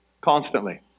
Constantly